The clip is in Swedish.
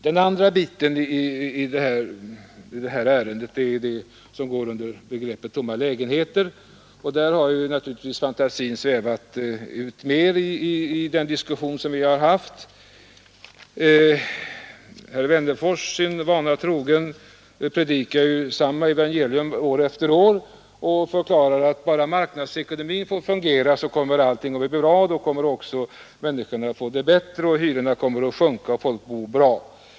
Den andra biten i det här ärendet är den som innefattas i begreppet tomma lägenheter. Där har naturligtvis fantasin svävat ut mer i den diskussion som vi haft. Herr Wennerfors, sin vana trogen, predikar samma evangelium år efter år och förklarar att bara marknadsekonomin får fungera så kommer allting att bli bra. Då kommer människorna att få det bättre, hyrorna kommer att sjunka osv.